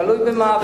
תלוי במה,